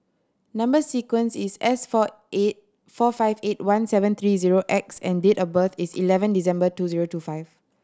number sequence is S four eight four five eight one seven three zero X and date of birth is eleven December two zero two five